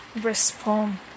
respond